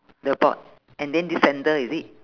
the board and then this sandal is it